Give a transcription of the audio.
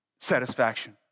satisfaction